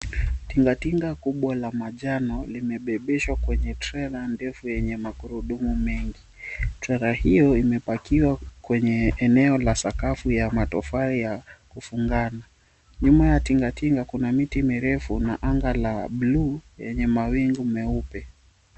Tingatinga kubwa la majano limebebeshwa kwenye trela ndefu yenye magurudumu mengi. Trela hiyo imepakiwa kwenye eneo ya sakafu ya matofali ya ufungano . Nyuma ya tingatinga kuna miti mirefu na anga la buluu lenye mawingu meupe.